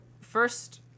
first